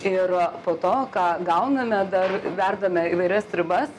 ir po to ką gauname dar verdame įvairias sriubas